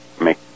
make